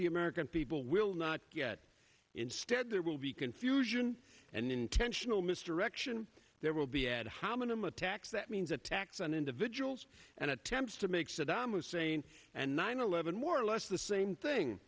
the american well we'll not get instead there will be confusion and intentional mr rection there will be ad hominum attacks that means attacks on individuals and attempts to make saddam hussein and nine eleven more or less the same thing